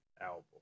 album